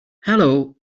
hello